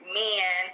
men